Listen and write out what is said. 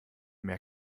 mehr